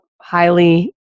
highly